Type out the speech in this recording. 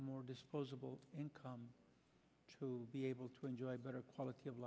more disposable income to be able to enjoy a better quality of